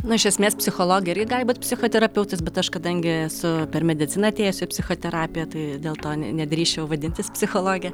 na iš esmės psichologai irgi gali būt psichoterapeutais bet aš kadangi esu per mediciną atėjus į psichoterapiją tai dėl to ne nedrįsčiau vadintis psichologe